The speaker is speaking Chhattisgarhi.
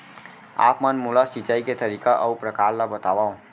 आप मन मोला सिंचाई के तरीका अऊ प्रकार ल बतावव?